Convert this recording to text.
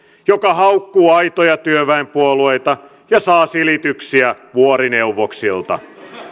joka haukkuu aitoja työväenpuolueita ja saa silityksiä vuorineuvoksilta